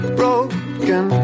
broken